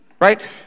right